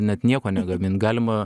net nieko negamint galima